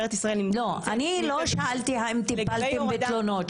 לא, אני לא שאלתי האם טיפלתם בתלונות.